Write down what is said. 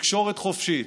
תקשורת חופשית,